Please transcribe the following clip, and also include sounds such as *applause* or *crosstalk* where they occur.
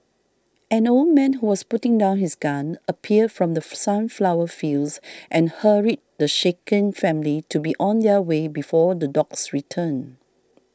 an old man who was putting down his gun appeared from the *noise* sunflower fields and hurried the shaken family to be on their way before the dogs return